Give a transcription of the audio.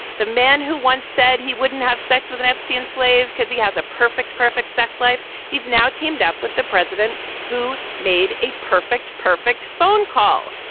the man who once said he wouldn't have sex with an abyssinian slave because he has a perfect, perfect sex life. he's now teamed up with the president who made a perfect, perfect phone call.